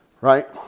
right